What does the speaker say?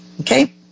Okay